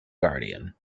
guardian